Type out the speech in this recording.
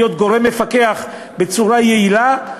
להיות גורם מפקח בצורה יעילה,